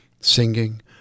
singing